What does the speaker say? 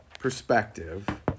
Perspective